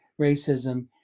racism